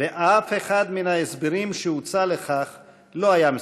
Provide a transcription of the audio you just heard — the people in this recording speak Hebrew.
ואף אחד מן ההסברים שהוצע לכך לא היה מספק.